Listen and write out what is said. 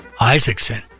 isaacson